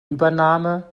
übernahme